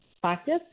practice